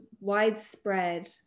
widespread